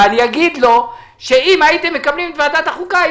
ואני אגיד לו שאם הייתם מקבלים את ועדת החוקה,